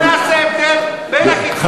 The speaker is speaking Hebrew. באמת, בוא נעשה הבדל בין הקיצונים לבין המתונים.